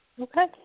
Okay